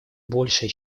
большее